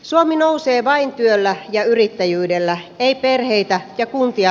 suomi nousee vain työllä ja yrittäjyydellä ei perheitä ja kuntia